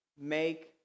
Make